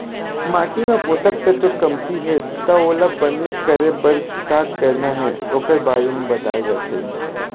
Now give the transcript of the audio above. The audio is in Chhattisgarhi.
माटी म पोसक तत्व कमती हे त ओला बने करे बर का करना हे ओखर बारे म बताए जाथे